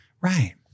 Right